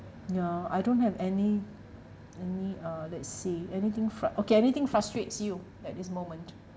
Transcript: ya I don't have any any uh let's see anything fru~ okay anything frustrates you at this moment